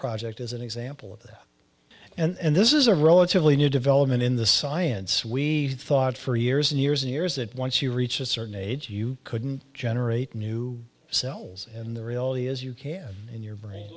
project is an example of that and this is a relatively new development in the science we thought for years and years and years that once you reach a certain age you couldn't generate new cells and the reality is you can't in your brain